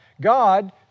God